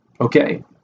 Okay